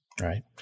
right